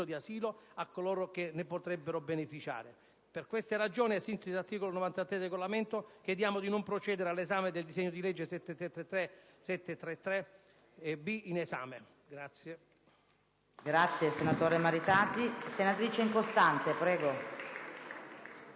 di asilo a coloro che ne potrebbero beneficiare. Per queste ragioni, ai sensi dell'articolo 93 del Regolamento, chiediamo di non procedere all'esame del disegno di legge n. 733-B in esame.